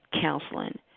counseling